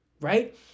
right